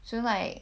so like